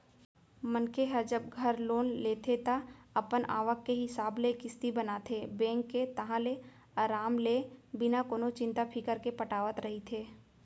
मनखे ह जब घर लोन लेथे ता अपन आवक के हिसाब ले किस्ती बनाथे बेंक के ताहले अराम ले बिना कोनो चिंता फिकर के पटावत रहिथे